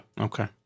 Okay